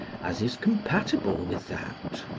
as is compatible with that.